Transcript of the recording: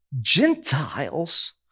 Gentiles